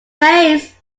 bass